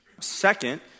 Second